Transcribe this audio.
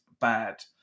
bad